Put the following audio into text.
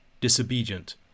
disobedient